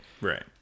Right